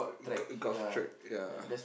got golf track ya